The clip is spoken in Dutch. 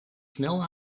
snel